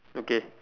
okay